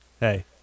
Hey